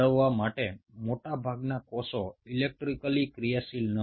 কারণ বেশিরভাগ কোষগুলিই ইলেক্ট্রিকালি সক্রিয় থাকেনা